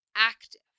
active